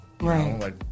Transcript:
Right